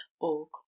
org